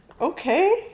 Okay